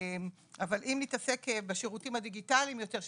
אבל אם נתעסק בשירותים הדיגיטליים יותר,